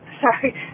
sorry